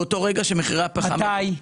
באותו רגע שמחירי הפחם --- מתי?